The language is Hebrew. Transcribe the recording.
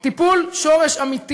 טיפול שורש אמיתי